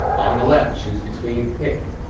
on the left, choose between pick,